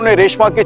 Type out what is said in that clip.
reshma